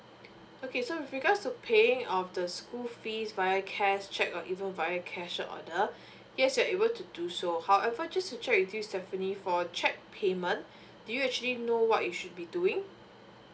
okay so with regards to paying off the school fees via cash cheque or even via cashiers order yes you're able to do so however just to check with you stephanie for cheque payment do you actually know what you should be doing